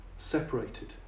separated